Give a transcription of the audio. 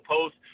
post